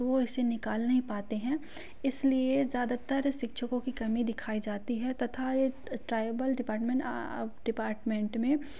वो इसे निकाल नहीं पाते हैं इस लिए ज़्यादातर शिक्षकों की कमी दिखाई जाती है तथा यह ट्राइबल डिपार्टमेंट डिपार्टमेंट में